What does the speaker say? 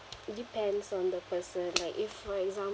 depends on the person like if for exam~